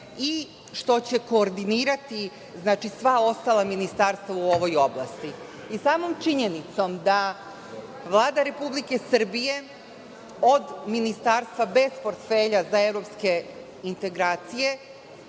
i što će koordinirati sva ostala ministarstva u ovoj oblasti. Samom činjenicom da Vlada Republike Srbije od ministarstva bez portfelja za evropske integracije